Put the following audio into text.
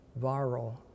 viral